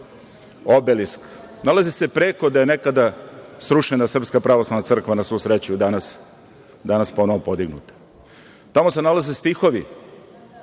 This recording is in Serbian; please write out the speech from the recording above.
Obelisk. Nalazi se preko gde je nekada srušena srpska pravoslavna crkva, na svu sreću, danas ponovo podinuta. Tamo se nalaze stihovi